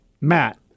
Matt